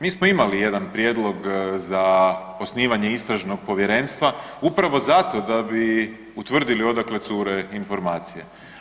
Mi smo imali jedan prijedlog za osnivanje istražnog povjerenstva upravo zato da bi utvrdili odakle cure informacije.